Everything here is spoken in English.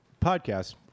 podcast